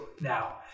now